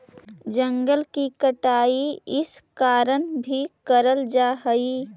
जंगल की कटाई इस कारण भी करल जा हई